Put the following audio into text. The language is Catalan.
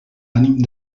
ànim